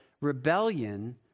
rebellion